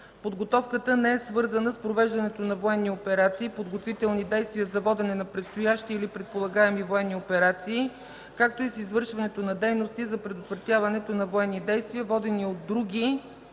Подготовката не е свързана с провеждането на военни операции, подготвителни действия за водене на предстоящи или предполагаеми военни операции, както и с извършването на дейности за предотвратяването на военни действия, водени от други,